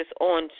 on